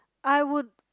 I would